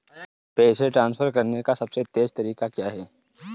पैसे ट्रांसफर करने का सबसे तेज़ तरीका क्या है?